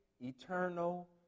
eternal